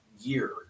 year